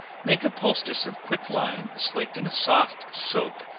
make a poultice of quick lime slaked in soft soap,